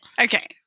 Okay